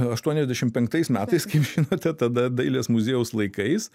aštuoniasdešimt penktais metais kaip žinote tada dailės muziejaus laikais